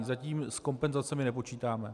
Zatím s kompenzacemi nepočítáme.